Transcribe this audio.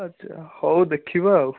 ଆଚ୍ଛା ହଉ ଦେଖିବା ଆଉ